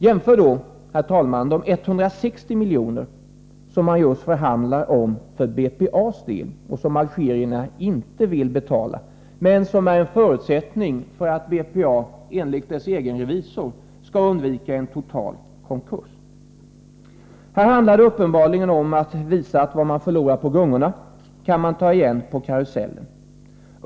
Jämför då, herr talman, de 160 milj.kr. som man just förhandlar om för BPA:s del, och som algerierna inte vill betala men som är en förutsättning för att BPA, enligt dess egen revisor, skall undvika en total konkurs. Här handlar det tydligen om att visa att vad man förlorar på gungorna kan man ta igen på karusellen.